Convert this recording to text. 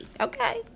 Okay